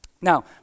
Now